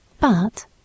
But